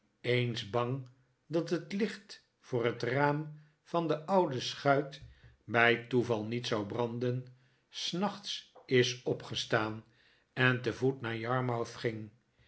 eens bang dat het licht voor het raam van de oude schuit bij toeval niet zou branden s nachts is opgestaan en te voet naar yarmouth ging